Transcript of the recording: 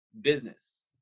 business